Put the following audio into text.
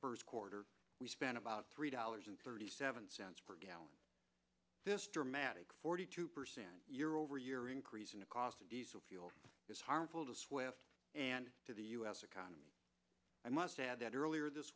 first quarter we spent about three dollars and thirty seven cents per gallon this dramatic forty two percent year over year increase in the cost of diesel fuel is harmful to swift and to the u s economy i must add that earlier this